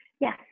Yes